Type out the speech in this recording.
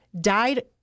died